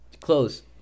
close